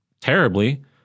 terribly